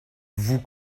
vous